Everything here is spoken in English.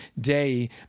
day